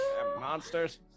Monsters